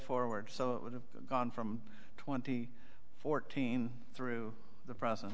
forward so would have gone from twenty fourteen through the process